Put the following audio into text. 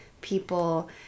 people